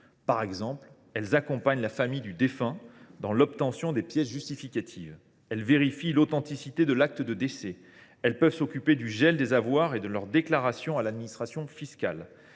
Par exemple, elles accompagnent la famille du défunt dans l’obtention des pièces justificatives ; elles vérifient l’authenticité de l’acte de décès ; elles peuvent s’occuper du gel des avoirs et de leur déclaration à l’administration fiscale,